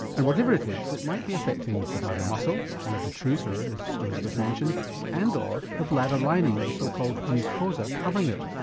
and whatever it is it might be affecting the bladder muscle, the detrusor, as elizabeth mentioned and or the bladder lining, the so called mucosa covering it.